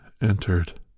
entered